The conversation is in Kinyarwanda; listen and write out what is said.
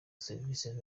serivisi